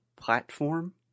platform